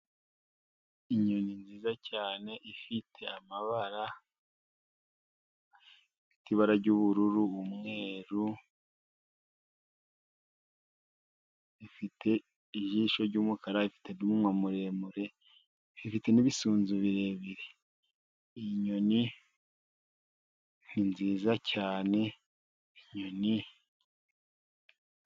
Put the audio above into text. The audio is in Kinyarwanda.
Inyoni nziza cyane ifite amabara afite ibara ry'ubururu, umweru, ifite ijisho ry'umukara, ifite n'umunwa muremure, ifite n'ibisunzu birebire. Iyi nyoni ni nziza cyane, inyoni....